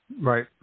Right